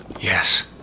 Yes